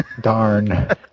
Darn